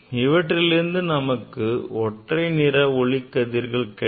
இவற்றிலிருந்து நமக்கு ஒற்றை நிற ஒளிக்கற்றைகள் கிடைக்கும்